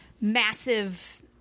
massive